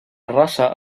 raça